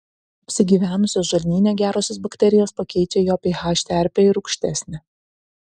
apsigyvenusios žarnyne gerosios bakterijos pakeičia jo ph terpę į rūgštesnę